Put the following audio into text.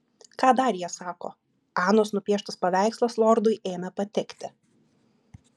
ką dar jie sako anos nupieštas paveikslas lordui ėmė patikti